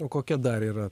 o kokia dar yra